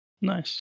Nice